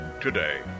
today